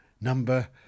number